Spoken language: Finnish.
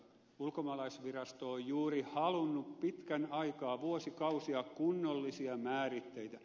ulkomaalaisvirasto on juuri halunnut pitkän aikaa vuosikausia kunnollisia määritteitä